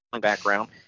background